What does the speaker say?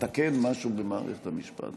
נתקן משהו במערכת המשפט.